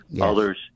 others